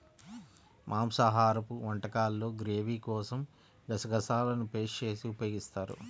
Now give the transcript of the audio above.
మాంసాహరపు వంటకాల్లో గ్రేవీ కోసం గసగసాలను పేస్ట్ చేసి ఉపయోగిస్తారు